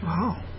Wow